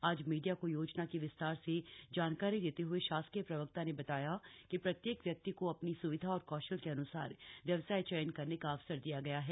आज मीडिया को योजना की विस्तार से जानकारी देते हुए शासकीय प्रवक्ता ने बताया कि प्रत्येक व्यक्ति को अपनी स्विधा और कौशल के अन्सार व्यवसाय चयन करने का अवसर दिया गया है